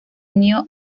unió